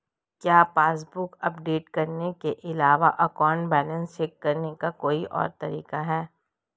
क्या passbook update करने के अलावा अकाउंट बैलेंस चेक करने का कोई और तरीका है?